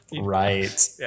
Right